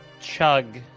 chug